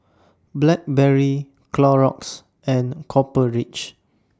Blackberry Clorox and Copper Ridge